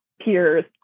peers